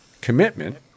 commitment